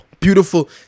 Beautiful